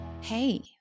Hey